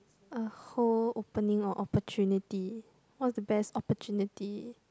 a whole opening or opportunity what's the best opportunity